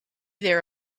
there